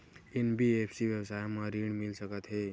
NBFC व्यवसाय मा ऋण मिल सकत हे